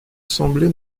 semblez